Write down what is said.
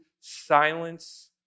silence